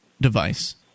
device